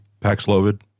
Paxlovid